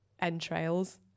entrails